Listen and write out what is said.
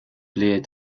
blir